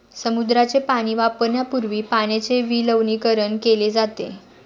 समुद्राचे पाणी वापरण्यापूर्वी पाण्याचे विलवणीकरण केले जाते